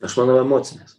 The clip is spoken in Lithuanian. aš manau emocinės